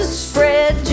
spread